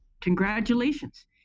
congratulations